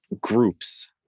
groups